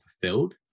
fulfilled